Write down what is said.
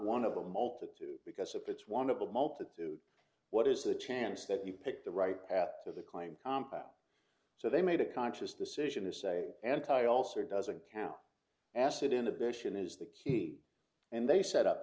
one of the multitude because if it's one of a multitude what is the chance that you picked the right path to the claim compound so they made a conscious decision to say anti also doesn't count as it inhibition is the key and they set up